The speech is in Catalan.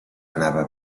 anava